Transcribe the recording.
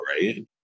right